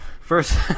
first